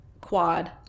quad